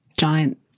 giant